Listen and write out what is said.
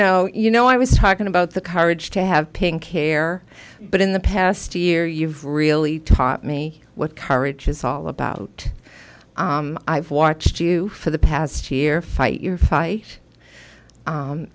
know you know i was talking about the courage to have pink hair but in the past year you've really taught me what courage is all about i've watched you for the past year fight your fight